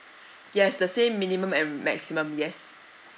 yes the same minimum and maximum yes